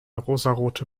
rosarote